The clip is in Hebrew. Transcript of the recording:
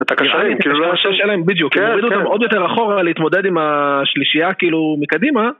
אתה קשרים, כאילו זה השאלה שלהם בדיוק, הם עובדו אותם עוד יותר אחורה להתמודד עם השלישייה כאילו מקדימה